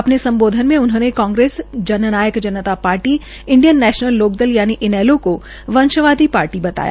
अपने सम्बोधन मे उन्होंने Congress Jannayak Janta Party Indian National Lokdal को वंश्वादी पार्टी बताया